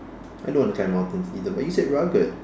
I don't want to climb mountains either but you said rugged